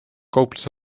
kaupluse